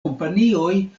kompanioj